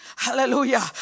Hallelujah